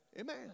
Amen